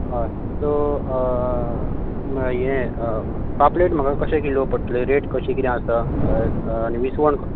हय सो यें पापलेट म्हाका कशें किलो पडटलें रेट कशी कितें आसा आनी विसवण